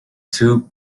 two